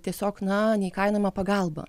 tiesiog na neįkainojamą pagalbą